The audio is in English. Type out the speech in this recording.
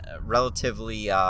relatively